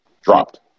Dropped